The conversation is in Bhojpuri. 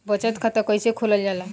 बचत खाता कइसे खोलल जाला?